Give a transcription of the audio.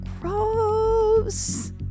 Gross